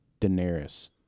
Daenerys